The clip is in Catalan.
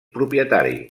propietari